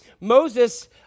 Moses